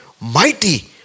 mighty